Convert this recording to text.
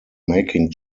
making